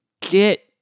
get